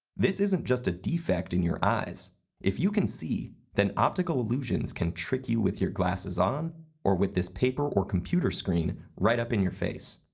this isn't just a defect in your eyes if you can see, then optical illusions can trick you with your glasses on or with this paper or computer screen right up in your face.